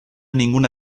ninguna